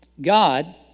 God